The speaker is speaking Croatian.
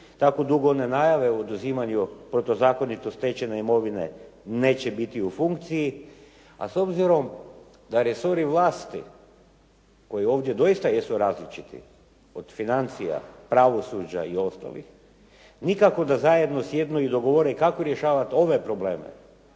tako dugo one najave o oduzimanju protuzakonito stečene imovine neće biti u funkciji, a s obzirom da resori vlasti koji ovdje doista jesu različiti, od financija, pravosuđa i ostalih, nikako da zajedno sjednu i da dogovore kako rješavati ove probleme